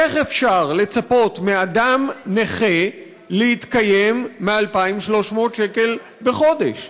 איך אפשר לצפות מאדם נכה להתקיים מ-2,300 שקל בחודש?